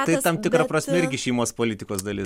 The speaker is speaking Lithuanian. tai tam tikra prasme irgi šeimos politikos dalis